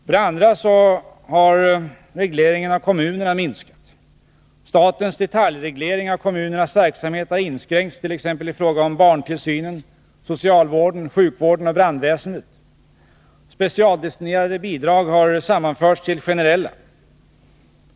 För det andra har regleringarna av kommunerna minskat. Statens detaljreglering av kommunernas verksamhet har inskränkts, t.ex. i fråga om barntillsynen, socialvården, sjukvården och brandväsendet. Specialdestinerade bidrag har sammanförts till generella.